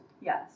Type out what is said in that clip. Yes